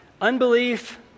Unbelief